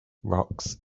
rocks